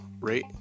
rate